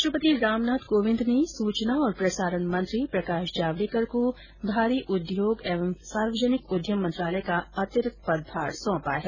राष्ट्रपति रामनाथ कोविंद ने सूचना और प्रसारण मंत्री प्रकाश जावड़ेकर को भारी उद्योग एवं सार्वजनिक उद्यम मंत्रालय का अंतिरिक्त पदभार सौंपा है